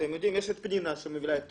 אתם יודעים שפנינה מובילה את התכנית,